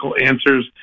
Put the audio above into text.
answers